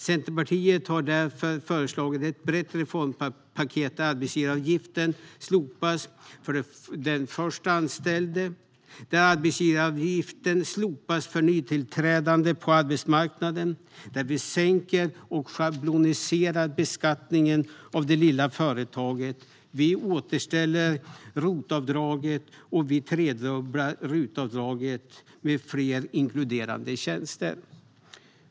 Centerpartiet har därför föreslagit ett brett reformpaket, där arbetsgivaravgiften slopas för den först anställde, där arbetsgivaravgiften för nytillträdande på arbetsmarknaden slopas och där vi sänker och schabloniserar beskattningen för det lilla företaget. Vi återställer också ROT-avdraget och tredubblar RUT-avdraget med fler inkluderade tjänster.